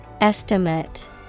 Estimate